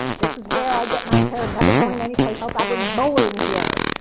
this is where i get my care. i'm never going anyplace else. i was born here.